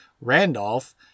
Randolph